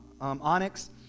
onyx